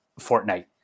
Fortnite